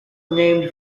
named